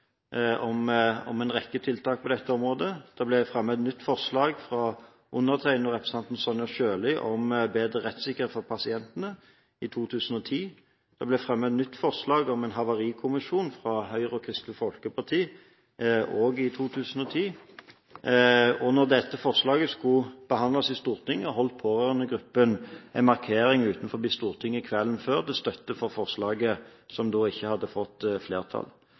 om en rekke tiltak på dette området. Det ble i 2010 fremmet et nytt forslag, fra Sonja Irene Sjøli og undertegnede, om bedre rettssikkerhet for pasientene. Det ble fra Kristelig Folkeparti og Høyre fremmet et nytt forslag i 2010, om en havarikommisjon. Da dette forslaget skulle behandles i Stortinget, holdt Pårørendegruppen en markering utenfor Stortinget kvelden før, til støtte for forslaget – som ikke fikk flertall.